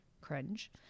cringe